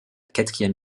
quatrième